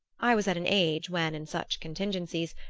i was at an age when, in such contingencies,